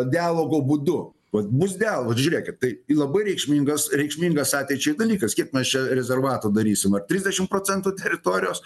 dialogo būdu vat bus dial vat žiūrėkit tai i labai reikšmingas reikšmingas ateičiai dalykas kiek mes čia rezervato darysim ar trisdešim procentų teritorijos